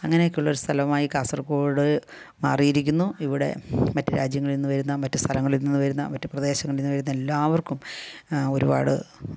അങ്ങനെയൊക്കെ ഉള്ളൊരു സ്ഥലമായി കാസർഗോഡ് മാറിയിരിക്കുന്നു ഇവിടെ മറ്റ് രാജ്യങ്ങളിൽ നിന്ന് വരുന്ന മറ്റ് സ്ഥലങ്ങളിൽ നിന്ന് വരുന്ന മറ്റ് പ്രദേശങ്ങളിൽ നിന്ന് വരുന്ന എല്ലാവർക്കും ഒരുപാട്